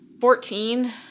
Fourteen